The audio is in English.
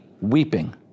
weeping